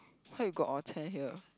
how you got orh cheh here